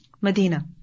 Medina